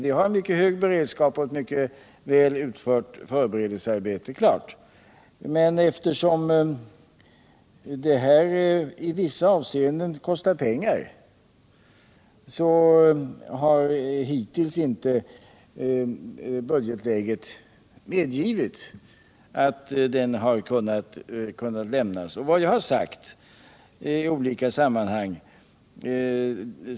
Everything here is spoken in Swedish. Vi har en mycket hög beredskap och vi har gjort ett mycket väl utfört förberedelsearbete, men eftersom en ny trafikpolitik i vissa avseenden kostar pengar har budgetläget hittills inte medgivit att en proposition har kunnat lämnas.